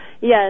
Yes